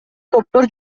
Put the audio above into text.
топтор